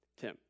Tim